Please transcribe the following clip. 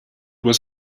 was